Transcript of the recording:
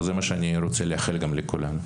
זה מה שאני רוצה לאחל גם לכולם.